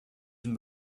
une